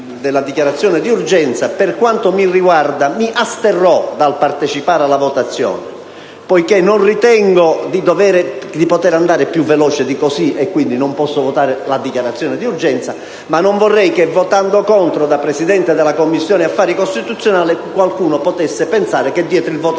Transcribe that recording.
la dichiarazione di urgenza, per quanto mi riguarda mi asterrò dal partecipare alla votazione. Non ritengo infatti di poter andare più veloce di quanto già fatto e quindi non posso votare la dichiarazione d'urgenza. Non vorrei però che, votando contro da presidente della Commissione affari costituzionali, qualcuno potesse pensare che dietro il voto